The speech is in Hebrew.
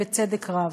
בצדק רב.